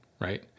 right